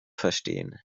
verstehen